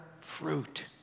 fruit